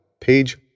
page